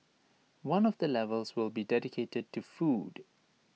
one of the levels will be dedicated to the food